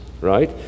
right